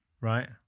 Right